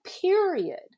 period